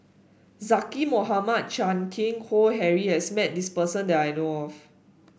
Zaqy Mohamad Chan Keng Howe Harry has met this person that I know of